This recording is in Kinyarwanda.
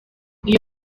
iyo